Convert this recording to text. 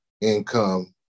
income